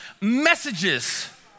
messages